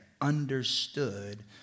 understood